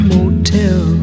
Motel